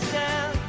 down